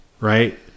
right